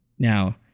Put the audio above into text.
Now